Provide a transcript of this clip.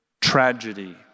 tragedy